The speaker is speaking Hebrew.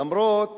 למרות